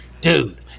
dude